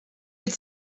had